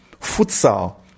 futsal